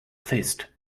fist